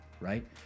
right